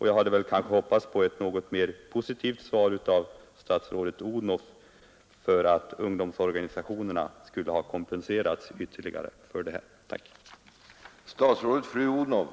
Jag hade nog hoppats på ett något mera positivt svar från statsrådet fru Odhnoffs sida när det gäller att ungdomsorganisationerna skulle ha kompenserats ytterligare för detta arbete.